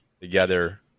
together